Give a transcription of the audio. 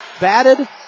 Batted